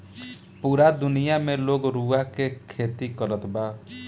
पूरा दुनिया में लोग रुआ के खेती करत बा